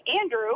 Andrew